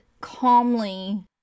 calmly